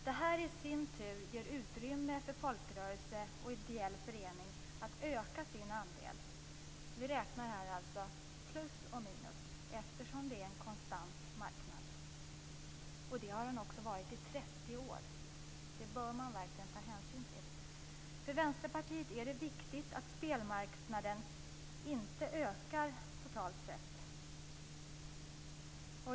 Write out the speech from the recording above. Det här ger i sin tur utrymme för folkrörelser och ideella föreningar att öka sin andel. Vi räknar här alltså med plus och minus, eftersom det är en konstant marknad. Det har den också varit i 30 år. Det bör man verkligen ta hänsyn till. För Vänsterpartiet är det viktigt att spelmarknaden inte ökar totalt sett.